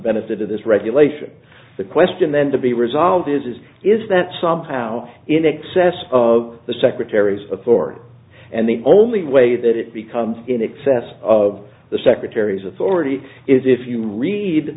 benefit of this regulation the question then to be resolved is is that somehow in excess of the secretaries of ford and the only way that it becomes in excess of the secretary's authority is if you read